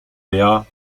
der